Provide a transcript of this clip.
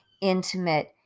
intimate